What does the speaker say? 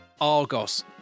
Argos